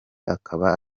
akaba